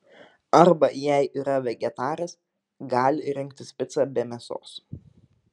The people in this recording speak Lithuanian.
arba jei yra vegetaras gali rinktis picą be mėsos